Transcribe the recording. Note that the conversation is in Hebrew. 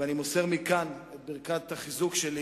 ואני מוסר מכאן את ברכת החיזוק שלי